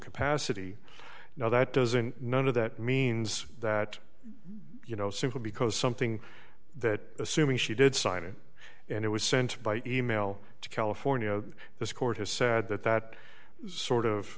capacity now that doesn't none of that means that you know simply because something that assuming she did sign it and it was sent by e mail to california this court has said that that sort of